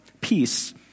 peace